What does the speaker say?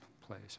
place